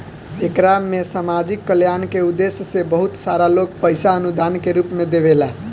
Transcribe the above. एकरा में सामाजिक कल्याण के उद्देश्य से बहुत सारा लोग पईसा अनुदान के रूप में देवेला